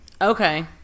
Okay